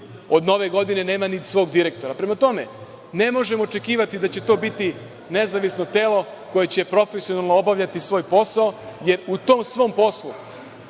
od nove godine nema ni svog direktora. Prema tome, ne možemo očekivati da će to biti nezavisno telo koje će profesionalno obavljati svoj posao, jer u tom svom poslu